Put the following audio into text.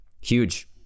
huge